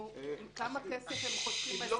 של חייב שמצאו אותו כחייב שמשלם לפי הוראת